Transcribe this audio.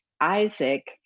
Isaac